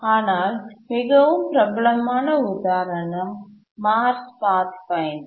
ஆனால் மிகவும் பிரபலமான உதாரணம் மார்ச்பாத்ஃபைண்டர்